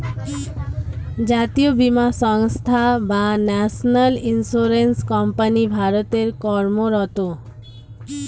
জাতীয় বীমা সংস্থা বা ন্যাশনাল ইন্স্যুরেন্স কোম্পানি ভারতে কর্মরত